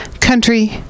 Country